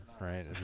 right